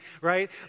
right